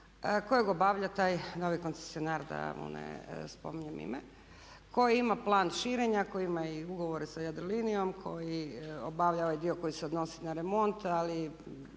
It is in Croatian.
kojeg obavlja taj novi koncesionar da mu ne spominjem ime koji ima plan širenja, koji ima i ugovore sa Jadrolinijom, koji obavlja ovaj dio koji se odnosi na remont ali